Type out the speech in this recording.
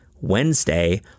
Wednesday